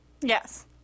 Yes